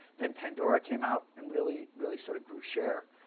then pandora came out and really, really sort of grew share.